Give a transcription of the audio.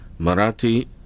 Marathi